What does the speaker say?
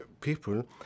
people